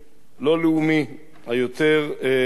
לא לאומי, היותר-ליברל,